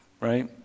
Right